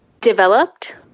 developed